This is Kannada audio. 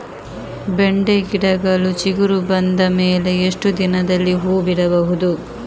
ಬೆಂಡೆ ಗಿಡಗಳು ಚಿಗುರು ಬಂದ ಮೇಲೆ ಎಷ್ಟು ದಿನದಲ್ಲಿ ಹೂ ಬಿಡಬಹುದು?